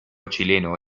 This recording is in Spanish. chileno